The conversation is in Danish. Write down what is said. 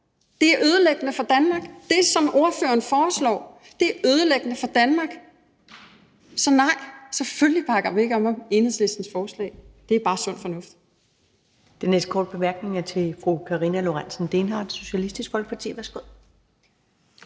Det er ødelæggende for Danmark. Det, som ordføreren foreslår, er ødelæggende for Danmark. Så nej, selvfølgelig bakker vi ikke op om Enhedslistens forslag. Det er bare sund fornuft. Kl. 23:47 Første næstformand (Karen Ellemann): Den næste korte bemærkning er til fru Karina Lorentzen Dehnhardt, Socialistisk Folkeparti. Værsgo.